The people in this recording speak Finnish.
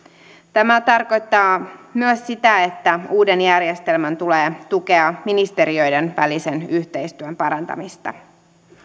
tämä tarkoittaa myös sitä että uuden järjestelmän tulee tukea ministeriöiden välisen yhteistyön parantamista